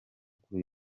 kuri